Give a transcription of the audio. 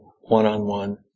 one-on-one